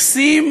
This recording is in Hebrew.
שמתייחסים,